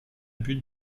but